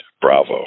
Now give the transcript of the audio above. bravo